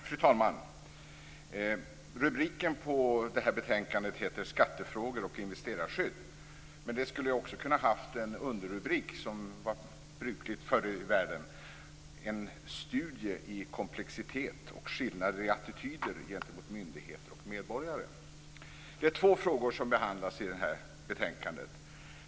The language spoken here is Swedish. Fru talman! Rubriken på betänkandet är Skattefrågor och investerarskydd, men det skulle också ha kunnat ha en underrubrik, som var brukligt förr i världen: En studie i komplexitet och skillnader i attityder gentemot myndigheter och medborgare. Det är två frågor som behandlas i det här betänkandet.